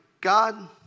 God